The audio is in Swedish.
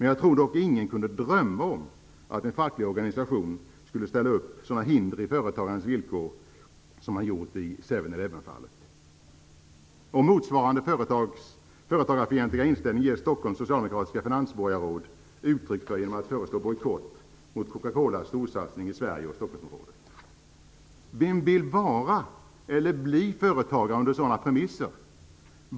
Jag tror dock att ingen kunde drömma om att en facklig organisation skulle ställa upp sådana hinder i företagandets villkor som man gjort i 7-Eleven-fallet. Motsvarande företagarfientliga inställning ger Stockholms socialdemokratiska finansborgarråd uttryck för genom att föreslå bojkott mot Coca-Colas storsatsning i Sverige och Stockholmsområdet. Vem vill vara eller bli företagare under sådana premisser?